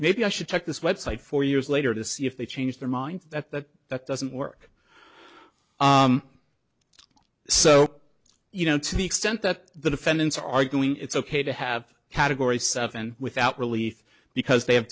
maybe i should check this website for years later to see if they change their mind at that that doesn't work so you know to the extent that the defendants are going it's ok to have category seven without relief because they have